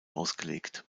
ausgelegt